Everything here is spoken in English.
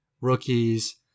rookies